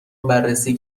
بررسی